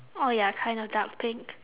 oh ya kind of dark pink